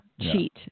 cheat